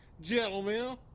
gentlemen